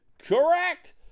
Correct